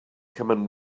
coming